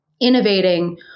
innovating